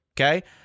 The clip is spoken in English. Okay